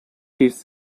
its